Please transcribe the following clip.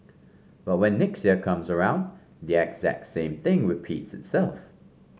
but when next year comes around the exact same thing repeats itself